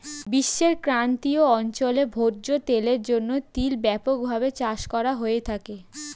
বিশ্বের ক্রান্তীয় অঞ্চলে ভোজ্য তেলের জন্য তিল ব্যাপকভাবে চাষ করা হয়ে থাকে